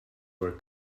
were